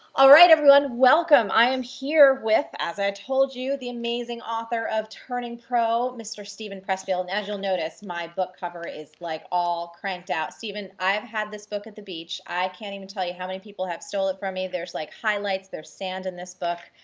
alright everyone, welcome. i am here with, as i told you, the amazing author of turning pro, mr. steven pressfield. and as you'll notice, my book cover is like all cranked out. steven, i've had this book at the beach, i can't even tell you how many people have stole it from me, there's like highlights, there's sand in this book.